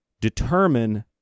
determine